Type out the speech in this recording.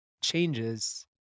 changes